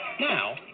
Now